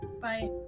Bye